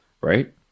right